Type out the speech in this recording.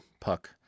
puck